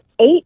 eight